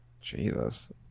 Jesus